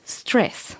stress